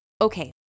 Okay